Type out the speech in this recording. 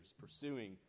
pursuing